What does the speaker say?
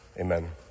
amen